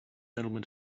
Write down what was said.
gentlemen